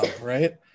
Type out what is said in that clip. right